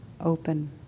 Open